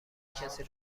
کسی